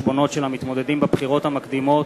החשבונות של המתמודדים בבחירות המקדימות